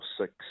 six